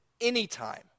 anytime